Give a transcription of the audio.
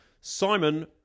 Simon